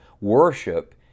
worship